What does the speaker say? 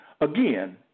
again